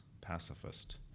pacifist